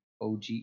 OG